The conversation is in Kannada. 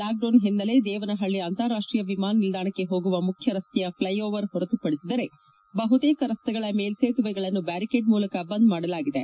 ಲಾಕ್ಡೌನ್ ಹಿನ್ನೆಲೆ ದೇವನಹಳ್ಳಿ ಅಂತರಾಷ್ಷೀಯ ವಿಮಾನ ನಿಲ್ಲಾಣಕ್ಕೆ ಹೋಗುವ ಮುಖ್ಯ ರಸ್ತೆಯ ಪ್ಲೈ ಓವರ್ ಹೊರತು ಪಡಿಸಿದರೆ ಬಹುತೇಕ ರಸ್ತೆಗಳ ಮೇಲ್ಸೇತುವೆಗಳನ್ನು ಬ್ಯಾರಿಕೇಡ್ ಮೂಲಕ ಬಂದ್ ಮಾಡಲಾಗಿದೆ